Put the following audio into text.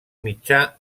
mitjà